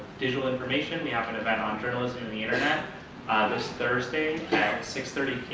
digital information we have an event on journalism and the internet this thursday at six thirty p